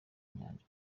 nyanja